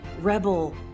rebel